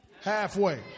Halfway